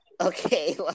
Okay